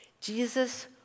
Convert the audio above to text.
Jesus